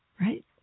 right